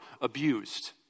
abused